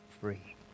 free